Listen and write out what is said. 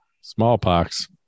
smallpox